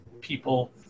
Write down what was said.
people